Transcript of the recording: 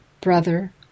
brother